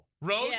road